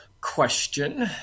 question